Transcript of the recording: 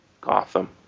Gotham